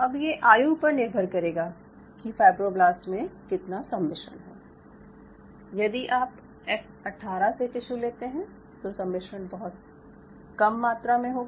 अब ये आयु पर निर्भर करेगा कि फायब्रोब्लास्ट में कितना सम्मिश्रण है यदि आप एफ 18 से टिश्यू लेते हैं तो सम्मिश्रण बहुत काम मात्रा में होगा